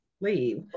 leave